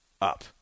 up